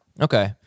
Okay